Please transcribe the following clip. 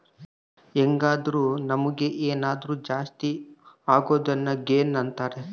ಹೆಂಗಾದ್ರು ನಮುಗ್ ಏನಾದರು ಜಾಸ್ತಿ ಅಗೊದ್ನ ಗೇನ್ ಅಂತಾರ